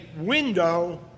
window